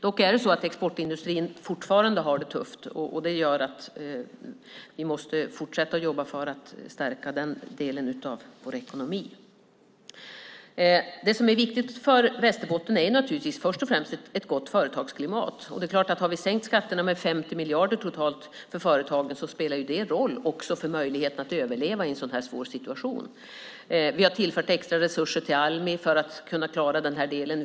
Dock har exportindustrin det fortfarande tufft, och det gör att vi måste fortsätta att jobba för att stärka den delen av vår ekonomi. Det som är viktigt för Västerbotten är naturligtvis först och främst ett gott företagsklimat. Och har vi sänkt skatterna med 50 miljarder totalt för företagen spelar det också en roll för möjligheterna att överleva i en så här svår situation. Vi har tillfört extra resurser till Almi för att kunna klara den här delen.